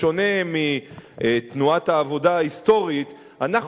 בשונה מתנועת העבודה ההיסטורית אנחנו